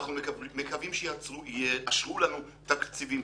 אנחנו מקווים שיאשרו לנו תקציבים.